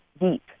deep